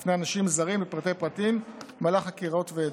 בפני אנשים זרים לפרטי-פרטים במהלך חקירות ועדות.